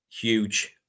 Huge